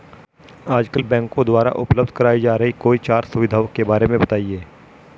आजकल बैंकों द्वारा उपलब्ध कराई जा रही कोई चार सुविधाओं के बारे में बताइए?